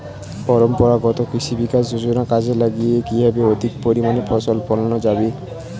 পরম্পরাগত কৃষি বিকাশ যোজনা কাজে লাগিয়ে কিভাবে অধিক পরিমাণে ফসল ফলানো যাবে?